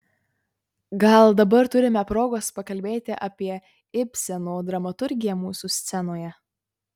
gal dabar turime progos pakalbėti apie ibseno dramaturgiją mūsų scenoje